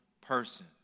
person